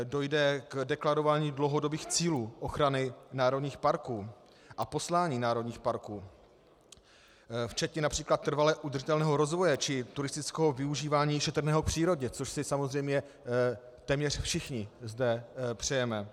Dojde k deklarování dlouhodobých cílů ochrany národních parků a poslání národních parků, včetně např. trvale udržitelného rozvoje či turistického využívání šetrného k přírodě, což si samozřejmě téměř všichni zde přejeme.